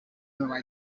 nueva